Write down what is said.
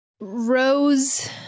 Rose